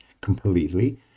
completely